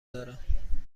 دارم